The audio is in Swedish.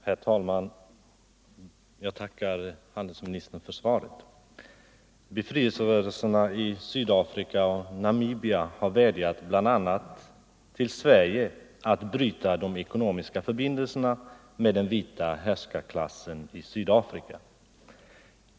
Herr talman! Jag tackar handelsministern för svaret. Befrielserörelserna i Sydafrika och Namibia har vädjat till bl.a. Sverige att bryta de ekonomiska förbindelserna med den vita härskarklassen i Sydafrika.